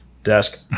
desk